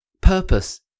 Purpose